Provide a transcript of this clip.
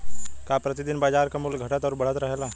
का प्रति दिन बाजार क मूल्य घटत और बढ़त रहेला?